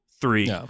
three